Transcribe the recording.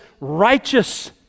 righteous